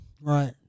Right